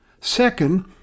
Second